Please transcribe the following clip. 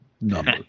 number